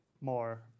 more